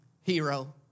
hero